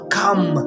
come